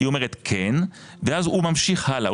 היא אומרת כן ואז הוא ממשיך הלאה,